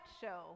show